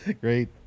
Great